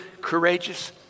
courageous